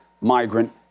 migrant